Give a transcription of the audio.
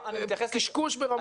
זה קשקוש ברמות על.